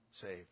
saved